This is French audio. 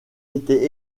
étaient